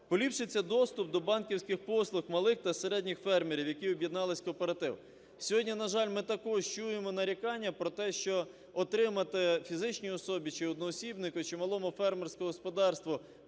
Поліпшиться доступ до банківських послуг малих та середніх фермерів, які об'єднались в кооперативи. Сьогодні, на жаль, ми також чуємо нарікання про те, що отримати фізичній особі чи одноосібнику, чи малому фермерському господарству